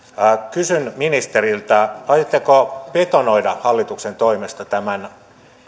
kysyn ministeriltä aiotteko betonoida hallituksen toimesta tämän